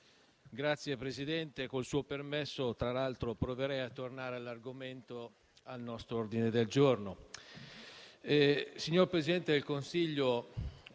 Signor Presidente, col suo permesso tra l'altro proverei a tornare all'argomento al nostro ordine del giorno. Signor Presidente del Consiglio,